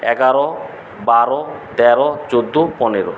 এগারো বারো তেরো চোদ্দো পনেরো